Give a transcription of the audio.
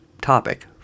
topic